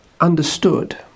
understood